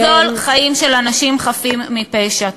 ולגזול חיים של אנשים חפים מפשע.